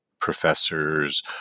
professors